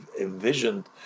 envisioned